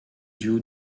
duo